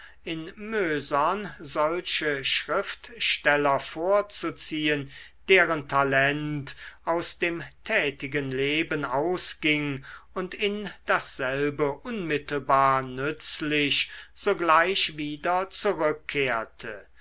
in mösern solche schriftsteller vorzuziehen deren talent aus dem tätigen leben ausging und in dasselbe unmittelbar nützlich sogleich wieder zurückkehrte